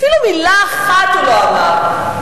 אפילו מלה אחת הוא לא אמר.